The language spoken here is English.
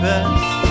best